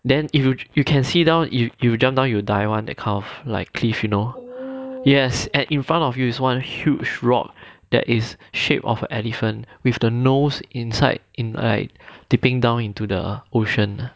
then if you you can see down if you jump down you die one that kind of like cliff you know yes and in front of you is one huge rock that is shape of elephant with the nose inside in like dipping down into the ocean